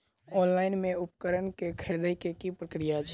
Online मे उपकरण केँ खरीदय केँ की प्रक्रिया छै?